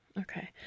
Okay